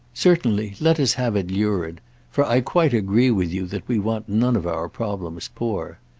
certainly, let us have it lurid for i quite agree with you that we want none of our problems poor.